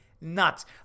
nuts